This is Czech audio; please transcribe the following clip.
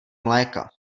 mléka